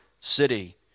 city